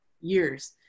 years